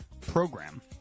program